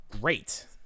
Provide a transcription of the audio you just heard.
great